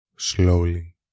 Slowly